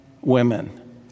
women